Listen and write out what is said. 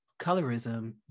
colorism